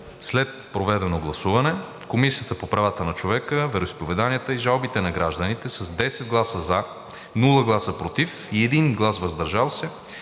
След проведеното гласуване Комисията по правата на човека, вероизповеданията и жалбите на гражданите, с 10 гласа „за”, без „против“ и 1 глас „въздържал се“,